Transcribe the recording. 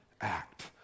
act